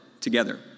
together